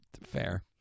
Fair